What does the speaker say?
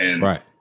Right